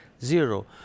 Zero